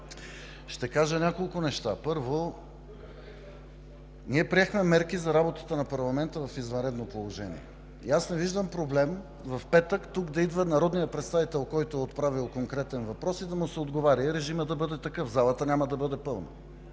ще кажа няколко неща. Първо, ние приехме мерки за работата на парламента в извънредно положение и не виждам проблем в петък тук да идва народният представител, който е отправил конкретен въпрос, и да му се отговаря, и режимът да бъде такъв – залата няма да бъде пълна,